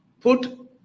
put